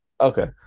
Okay